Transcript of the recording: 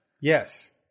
Yes